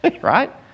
right